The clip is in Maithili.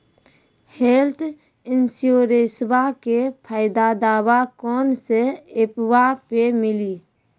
हेल्थ इंश्योरेंसबा के फायदावा कौन से ऐपवा पे मिली?